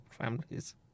families